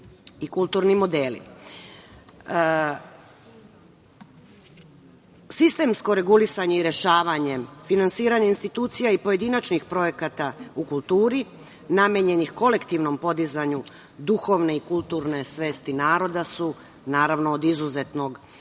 modeli. Sistemsko regulisanje i rešavanje, finansiranje institucija i pojedinačnih projekata u kulturi namenjenih kolektivnom podizanju duhovne i kulturne svesti naroda su naravno od izuzetnog značaja.